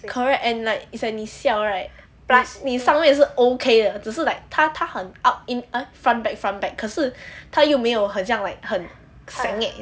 correct and like it's like 你笑 right plus 你上面是 okay 的只是 like 她她很 out in front back from back 可是他有没有好像 like 很 senget 这样